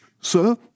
sir